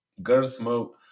Gunsmoke